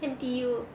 N_T_U